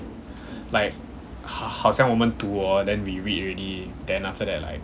like 好像我们读 orh then we read already then after that like